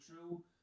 true